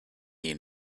you